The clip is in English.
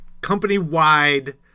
company-wide